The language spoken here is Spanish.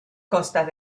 costas